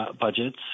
budgets